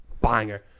banger